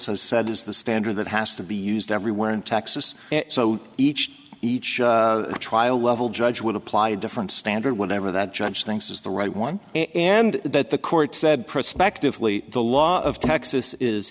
said is the standard that has to be used everywhere in texas so each each trial level judge would apply a different standard whatever that judge thinks is the right one and that the court said prospectively the law of texas is